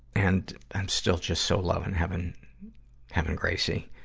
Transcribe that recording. and, i'm still just so loving having, having gracie.